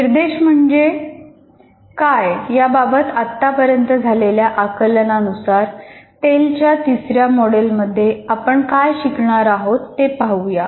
निर्देश म्हणजे काय याबाबत आत्तापर्यंत झालेल्या आकलनानुसार टेलच्या तिसऱ्या मॉडेलमध्ये आपण काय शिकणार आहोत ते पाहूया